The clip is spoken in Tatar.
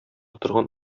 торган